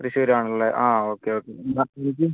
തൃശ്ശൂരാണല്ലേ okay okay